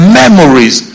memories